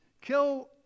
Kill